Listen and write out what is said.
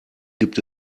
gibt